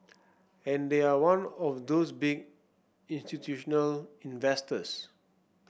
and they are one of those big institutional investors